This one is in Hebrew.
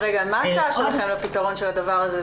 מה ההצעה שלכם לפתרון של הדבר הזה?